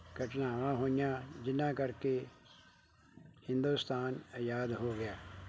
ਘਟਨਾਵਾਂ ਹੋਈਆਂ ਜਿਨ੍ਹਾਂ ਕਰਕੇ ਹਿੰਦੁਸਤਾਨ ਆਜ਼ਾਦ ਹੋ ਗਿਆ